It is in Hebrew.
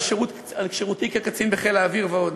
על שירותי כקצין בחיל האוויר ועוד,